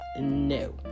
no